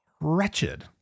wretched